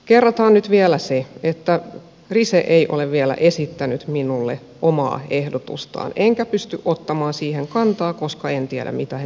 kerrataan nyt vielä se että rise ei ole vielä esittänyt minulle omaa ehdotustaan enkä pysty ottamaan siihen kantaa koska en tiedä mitä he tulevat esittämään